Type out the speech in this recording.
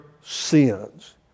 sins